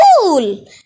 Cool